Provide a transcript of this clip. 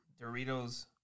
Doritos